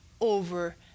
over